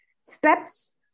Steps